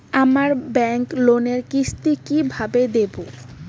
আমার ব্যাংক লোনের কিস্তি কি কিভাবে দেবো?